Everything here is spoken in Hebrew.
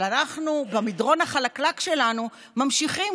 אבל אנחנו במדרון החלקלק שלנו ממשיכים,